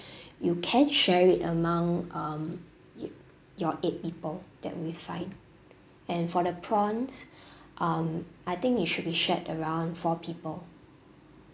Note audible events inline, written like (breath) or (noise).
(breath) you can share it among um you your eight people that will be fine and for the prawns (breath) um I think you should be shared around four people